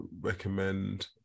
recommend